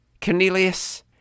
Cornelius